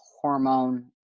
hormone